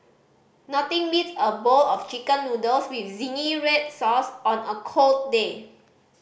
nothing beats a bowl of Chicken Noodles with zingy red sauce on a cold day